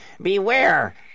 Beware